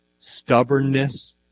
stubbornness